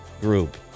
group